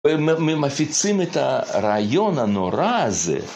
ומפיצים את הרעיון הנורא הזה.